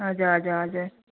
हजुर हजुर हजुर